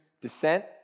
descent